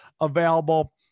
available